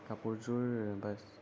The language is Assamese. কাপোৰযোৰ বাছ